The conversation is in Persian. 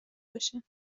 باشه